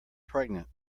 pregnant